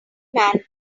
man